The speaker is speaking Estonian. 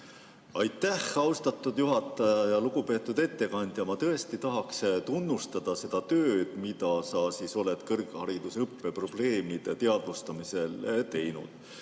Aitäh, austatud juhataja! Lugupeetud ettekandja! Ma tõesti tahaks tunnustada seda tööd, mida sa oled kõrgharidusõppe probleemide teadvustamisel teinud.